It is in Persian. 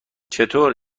چطور